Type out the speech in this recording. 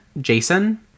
Jason